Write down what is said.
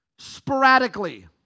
sporadically